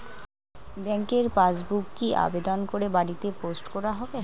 ব্যাংকের পাসবুক কি আবেদন করে বাড়িতে পোস্ট করা হবে?